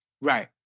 Right